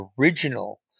original